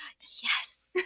yes